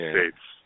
States